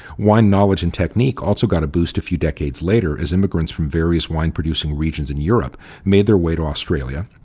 wine knowledge and technique also got a boost a few decades later as immigrants from various wine producing regions in europe made their way to australia,